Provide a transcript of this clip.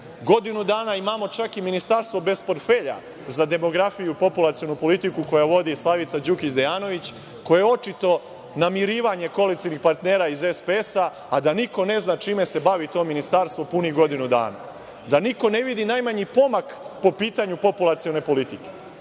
dana imamo čak i Ministarstvo bez portfelja za demografiju i populacionu politiku koje vodi Slavica Đukić Dejanović, koje je očito namirivanje koalicionih partnera iz SPS-a, a da niko ne zna čime se bavi to ministarstvo punih godinu dana, da niko ne vidi najmanji pomak po pitanju populacione politike.